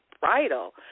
bridal